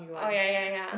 oh ya ya ya